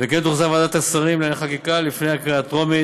וכן שהיא תוחזר לוועדת השרים לענייני חקיקה לפני קריאה ראשונה.